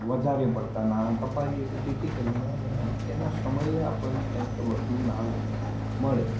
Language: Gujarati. વધારે પડતા નાણાં કપાવીએ કે જેથી કરીને એના એના સમયે આપણને કંઈક વધુ નાણાં મળે